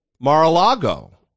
Mar-a-Lago